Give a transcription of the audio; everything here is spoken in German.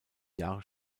jahre